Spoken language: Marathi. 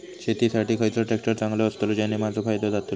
शेती साठी खयचो ट्रॅक्टर चांगलो अस्तलो ज्याने माजो फायदो जातलो?